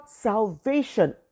salvation